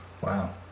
Wow